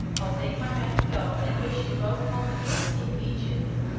i'll take my magic belt and wish you both home again, immejitly.